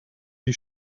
die